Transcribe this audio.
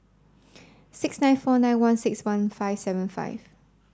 six nine four nine one six one five seven five